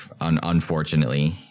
unfortunately